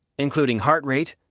including heart rate,